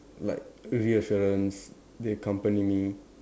like reassurance they accompany me